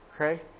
Okay